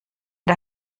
der